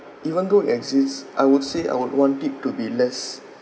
even though it exists I would say I would want it to be less